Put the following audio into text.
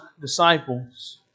disciples